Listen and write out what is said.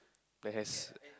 that has